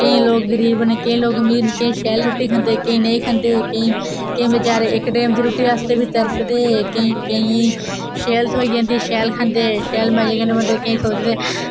केईं लोक गरीब न केईं लोक अमीर न किश शैल रुट्टी खंदे केईं नेईं खंदे केईं केईं बचैरे इक टैम दी रुट्टी आस्तै बी तरसदे केईं केईं शैल थ्होई जंदी शैल खंदे शैल मजे कन्नै बंदे केईं सोचदे